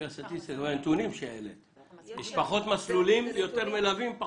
יש פחות מסלולים ויותר מלווים.